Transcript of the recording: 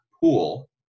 pool